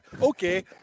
Okay